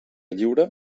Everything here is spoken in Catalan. lliure